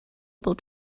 able